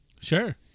Sure